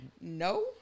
No